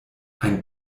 ein